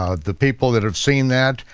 ah the people that have seen that,